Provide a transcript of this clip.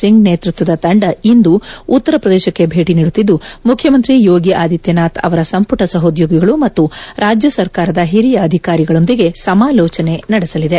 ಸಿಂಗ್ ನೇತೃತ್ಲದ ತಂದ ಇಂದು ಉತ್ತರ ಪ್ರದೇಶಕ್ಕೆ ಭೇಟಿ ನೀಡುತ್ತಿದ್ದು ಮುಖ್ಯಮಂತ್ರಿ ಯೋಗಿ ಆದಿತ್ಯನಾಥ್ ಅವರ ಸಂಪುಟ ಸಹೋದ್ಯೋಗಿಗಳು ಮತ್ತು ರಾಜ್ಯ ಸರ್ಕಾರದ ಹಿರಿಯ ಅಧಿಕಾರಿಗಳೊಂದಿಗೆ ಸಮಾಲೋಚನೆ ನಡೆಸಲಿದೆ